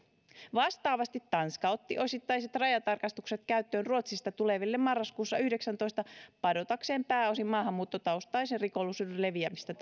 vastaavasti tanska otti osittaiset rajatarkastukset käyttöön ruotsista tuleville marraskuussa kaksituhattayhdeksäntoista padotakseen pääosin maahanmuuttotaustaisen rikollisuuden leviämistä